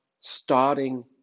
starting